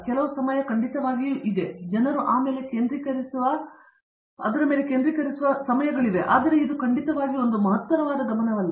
ಕೆಲವು ಸಮಯ ಖಂಡಿತವಾಗಿಯೂ ಇವೆ ಜನರು ಆ ಮೇಲೆ ಕೇಂದ್ರೀಕರಿಸುವ ಸಮಯಗಳಿವೆ ಆದರೆ ಇದು ಖಂಡಿತವಾಗಿಯೂ ಒಂದು ಮಹತ್ತರವಾದ ಗಮನವಲ್ಲ